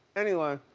anyway.